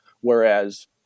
Whereas